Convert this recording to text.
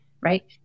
right